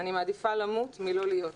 אני מעדיפה למות מלא להיות כאן.